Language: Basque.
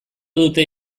dute